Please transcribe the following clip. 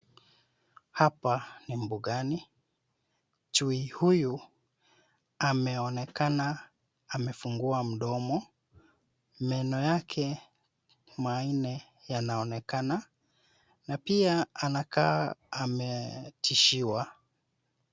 Hapa ni mbugani. Chui huyu ameonekana amefungua mdomo. Meno yake manne yanaonekana na pia anakaa ametishiwa.